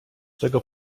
tego